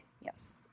Yes